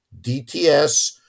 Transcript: DTS